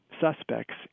suspects